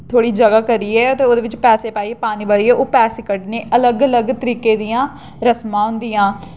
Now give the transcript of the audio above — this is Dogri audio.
थोह्ड़ी जगह् करियै ते ओह्दे बिच पैसे पाइयै पानी बारियै ओह् पैसे कड्ढने अलग अलग तरीके दियां रस्मां होंदियां